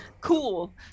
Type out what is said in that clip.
Cool